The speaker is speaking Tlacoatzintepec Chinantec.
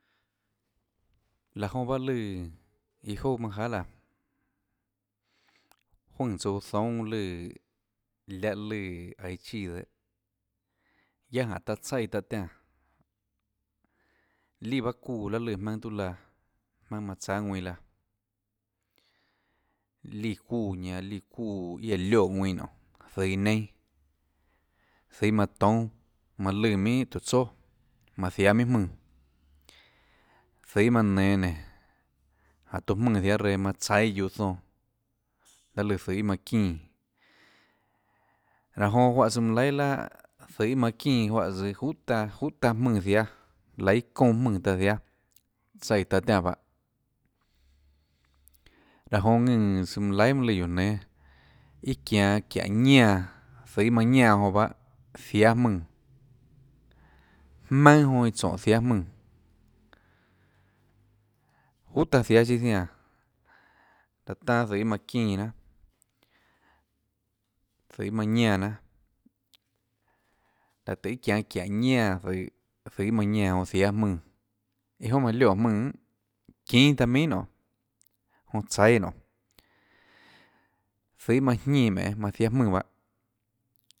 Laã jonã bahâ lùã iâ jouà manâ jahà laã juønè tsouã zoúnâ lùã liáhã lùã aiå chíã dehâ guiaâ jánhå taã tsaíã taã tiánã líã bahâ çuúã laê lùã maønâ tuã laã jmaønâ manã cháâ ðuinã laã líã çuúã ñanã liã çuúã iâ aã lioè ðuinã nonê zøhå iã neinâ zøhå iâ manã toúnâ løã minhà tùhå tsoà manã jiáâ minhà jmaùnã zøhå iâ manã nenå nénå jáhå tuã jmaùnã jiáâ reã manã tsaíâ guiuã zonãlaê lùã zøhå iâ manã çínã raã jonã juáhã søã manã laihà iâ laà zøhå iâ manã çínå juáhã tsøã juhà taã juhà taã jmùnã jiáâ laíâ çounã jmùnã ta jiáâ tsaíã taã tiánã bahâ raã jonã ðùnã tsøã manã laihà mønâ lùã guióå nénâ iâ çianå çiáhå ñánã zøhå ñánã jonã bahâ jiáâ jmùnã jmaønâ jonã iã tsóhå jiáâ jmùnã juhà taã jiáâ chiâ jiánã lahå tanâ zøhå iã manã çínã jnanâ zøhå iã manã ñánã jnanâ láhå tùhå iâ çianå çiáhå ñánã zøhå iã manã ñánã jonã jiáâ jmùnã íà jonà manã lioè jmùnãnn çínâ taã minhà nonê jonã tsaíâ nonê zøhå iâ manã jñínã meê manã jiáâ jmónã bahâ.